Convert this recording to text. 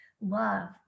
love